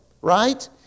right